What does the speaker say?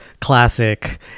Classic